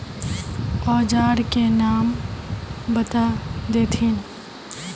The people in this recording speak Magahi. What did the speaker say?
औजार के नाम बता देथिन?